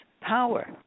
power